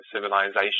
civilization